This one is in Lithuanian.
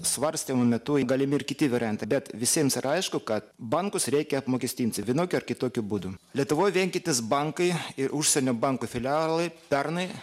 svarstymo metu galimi ir kiti variantai bet visiems yra aišku kad bankus reikia apmokestinti vienokiu ar kitokiu būdu lietuvoj veikiantys bankai ir užsienio bankų filialai pernai